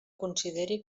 consideri